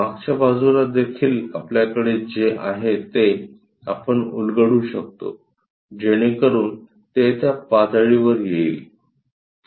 मागच्या बाजूला देखील आपल्याकडे जे आहे ते आपण उलगडू शकतो जेणेकरून ते त्या पातळीवर येईल